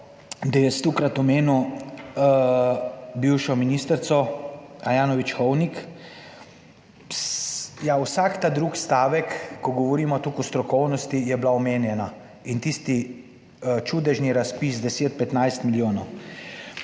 jaz stokrat omenil bivšo ministrico Ajanović Hovnik. Ja, vsak ta drug stavek, ko govorimo toliko o strokovnosti, je bila omenjena, in tisti čudežni razpis 10, 15 milijonov.